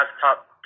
top